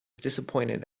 disappointed